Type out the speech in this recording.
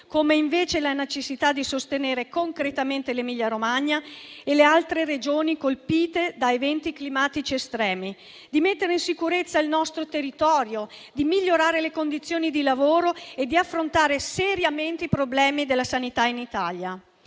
come invece la necessità di sostenere concretamente l'Emilia Romagna e le altre Regioni colpite da eventi climatici estremi; come quella di mettere in sicurezza il nostro territorio, di migliorare le condizioni di lavoro e di affrontare seriamente i problemi della sanità in Italia.